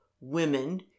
women